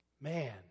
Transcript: Man